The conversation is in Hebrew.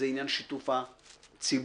זה עניין שיתוף הציבור.